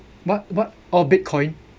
what what orh bitcoin